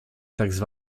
tzw